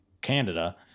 Canada